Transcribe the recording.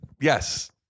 Yes